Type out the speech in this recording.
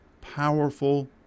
powerful